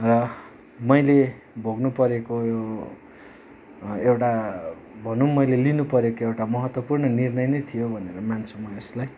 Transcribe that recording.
र मैले भोग्नु परेको यो एउटा भनौँ मैले लिनु परेको एउटा महत्त्वपूर्ण निर्णय नै थियो भनेर मान्छु म यसलाई